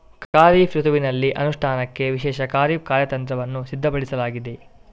ಖಾರಿಫ್ ಋತುವಿನಲ್ಲಿ ಅನುಷ್ಠಾನಕ್ಕೆ ವಿಶೇಷ ಖಾರಿಫ್ ಕಾರ್ಯತಂತ್ರವನ್ನು ಸಿದ್ಧಪಡಿಸಲಾಗಿದೆ